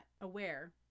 aware